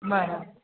બરાબર